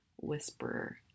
whisperer